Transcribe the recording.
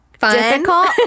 difficult